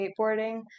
skateboarding